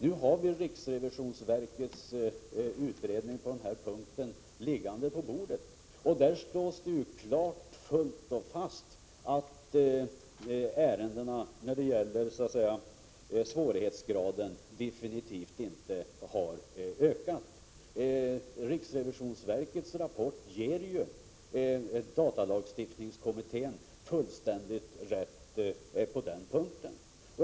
Nu har vi riksrevisionsverkets utredning på den här punkten liggande på bordet, och där slås det klart fast att ärendenas svårighetsgrad absolut inte har ökat. Riksrevisionsverkets rapport ger DALK fullständigt rätt på den punkten.